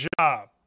job